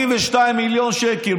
82 מיליון שקל.